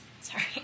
sorry